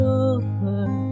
over